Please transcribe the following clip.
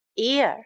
ear